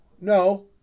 no